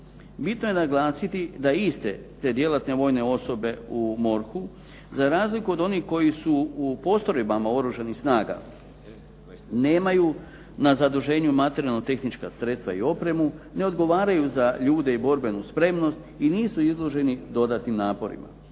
Bitno je naglasiti da iste te djelatne vojne osobe u MORH-u za razliku od onih koji su u postrojbama Oružanih snaga nemaju na zaduženju materijalno-tehnička sredstva i opremu, ne odgovaraju za ljude i borbenu spremnost i nisu izloženi dodatnim naporima.